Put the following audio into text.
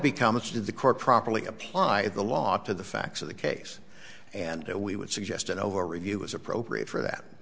becomes to the court properly apply the law to the facts of the case and we would suggest an over review is appropriate for that